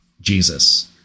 Jesus